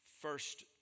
first